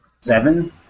Seven